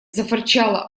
зафырчала